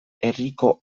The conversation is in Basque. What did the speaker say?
herriko